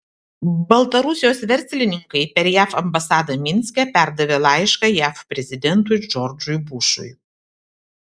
baltarusijos verslininkai per jav ambasadą minske perdavė laišką jav prezidentui džordžui bušui